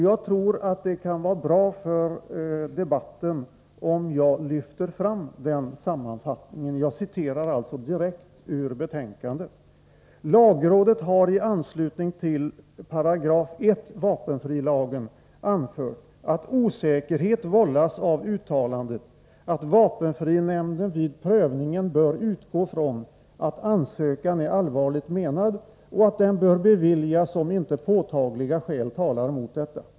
Jag tror att det kan vara bra för debatten om jag läser upp den. ”Lagrådet har i anslutning till I § vapenfrilagen anfört att osäkerhet vållas av uttalandet att vapenfrinämnden vid prövningen bör utgå från att ansökan är allvarligt menad och att den bör beviljas om inte påtagliga skäl talar mot detta.